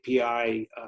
API